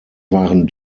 waren